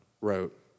wrote